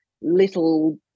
little